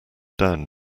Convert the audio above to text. down